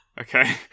okay